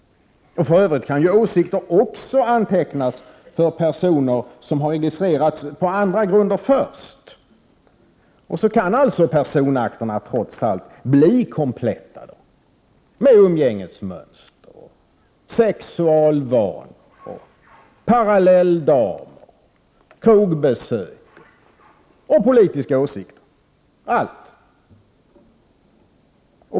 För övrigt kan de personers åsikter antecknas som tidigare har registrerats på andra grunder. På det sättet kan personakterna trots allt bli kompletta, med umgängesmönster, sexualvanor, ”parallelldamer”, krogbesök och politiska åsikter.